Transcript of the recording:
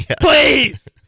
please